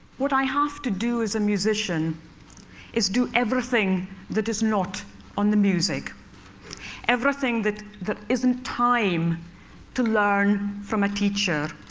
what i have to do as a musician is do everything that is not on the music everything that there isn't time to learn from a teacher,